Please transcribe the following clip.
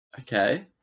okay